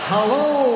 Hello